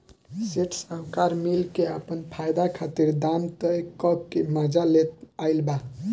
सेठ साहूकार मिल के आपन फायदा खातिर दाम तय क के मजा लेत आइल बा